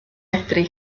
medru